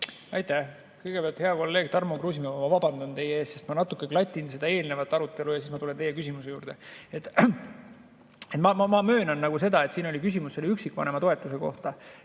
Aitäh! Kõigepealt, hea kolleeg Tarmo Kruusimäe, ma vabandan teie ees, sest ma natuke klatin seda eelnenud arutelu ja siis ma tulen teie küsimuse juurde. Ma möönan seda – siin oli küsimus üksikvanema toetuse kohta